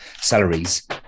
salaries